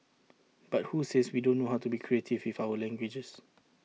but who says we don't know how to be creative with our languages